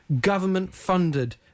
government-funded